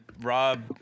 Rob